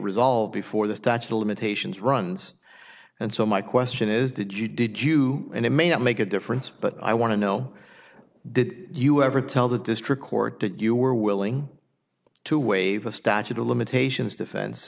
resolved before the statute of limitations runs and so my question is did you did you and it may not make a difference but i want to know did you ever tell the district court that you were willing to waive a statute of limitations defense